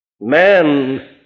man